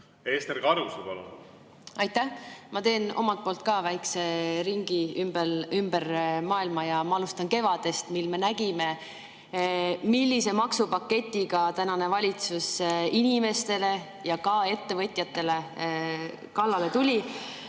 Ester Karuse, palun! Aitäh! Ma teen omalt poolt ka väikese ringi ümber maailma. Ma alustan kevadest, mil me nägime, millise maksupaketiga tänane valitsus inimestele ja ka ettevõtjatele kallale tuli.